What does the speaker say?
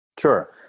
Sure